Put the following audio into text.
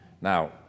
Now